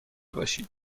باشید